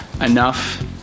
enough